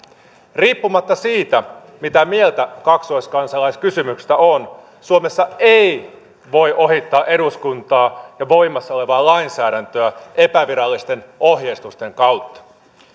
riippumatta siitä mitä mieltä kaksoiskansalaiskysymyksestä on suomessa ei voi ohittaa eduskuntaa ja voimassa olevaa lainsäädäntöä epävirallisten ohjeistusten kautta